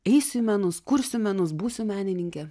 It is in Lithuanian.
eisiu į menus kursiu menus būsiu menininkė